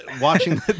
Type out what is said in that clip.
Watching